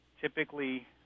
typically